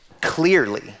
clearly